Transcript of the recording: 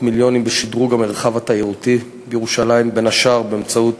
לענייני ירושלים והתפוצות,